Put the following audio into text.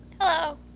Hello